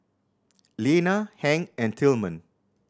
Lena Hank and Tilman